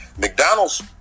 McDonald's